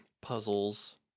puzzles